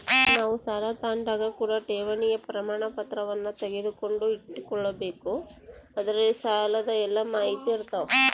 ನಾವು ಸಾಲ ತಾಂಡಾಗ ಕೂಡ ಠೇವಣಿಯ ಪ್ರಮಾಣಪತ್ರವನ್ನ ತೆಗೆದುಕೊಂಡು ಇಟ್ಟುಕೊಬೆಕು ಅದರಲ್ಲಿ ಸಾಲದ ಎಲ್ಲ ಮಾಹಿತಿಯಿರ್ತವ